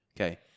Okay